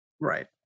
Right